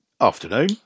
afternoon